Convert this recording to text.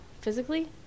Physically